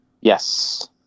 yes